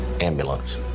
ambulance